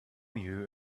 you